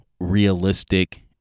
realistic